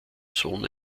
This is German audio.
sohn